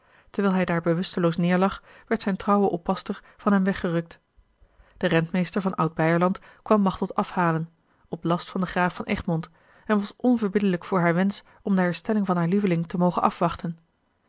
terwijl hij daar bewusteloos neêrlag werd zijne trouwe oppasster van hem weggerukt de rentmeester van oud beierland kwam machteld afhalen op last van den graaf van egmond en was onverbiddelijk voor haar wensch om de herstelling van haar lieveling te mogen afwachten